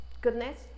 goodness